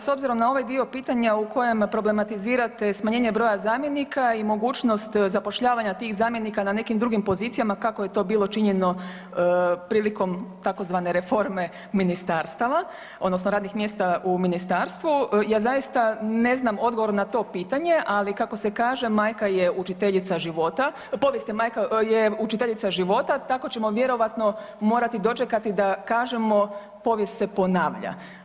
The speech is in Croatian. S obzirom na ovaj dio pitanja u kojem problematizirate smanjenje broja zamjenika i mogućnost zapošljavanja tih zamjenika ne nekim drugim pozicija kako je to bilo činjeno prilikom tzv. reforme ministarstava odnosno radnih mjesta u ministarstvu ja zaista ne znam odgovor na to pitanje, ali kako se kaže, povijest je učiteljica života tako ćemo vjerojatno morati dočekati da kažemo povijest se ponavlja.